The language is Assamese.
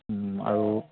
আৰু